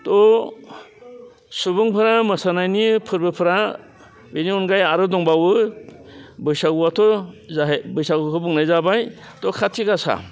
थ' सुबुंफ्रा मोसानायनि फोरबोफ्रा बिनि अनगायै आरो दंबावो बैसागुआथ' बैसागुखौ बुंनाय जाबाय थ' काति गासा